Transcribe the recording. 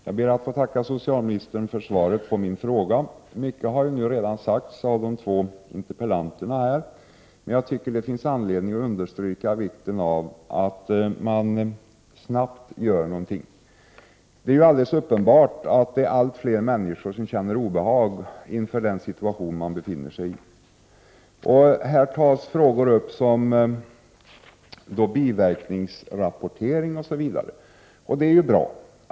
Fru talman! Jag ber att få tacka socialministern för svaret på min fråga. Mycket har här redan sagts av de två interpellanterna, men jag tycker att det finns anledning understryka vikten av att man snabbt gör någonting. Det är alldeles uppenbart att allt fler människor känner obehag inför den situation de befinner sig i. Frågan om rapportering av biverkningar har tagits upp. Det är bra.